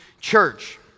church